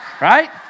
right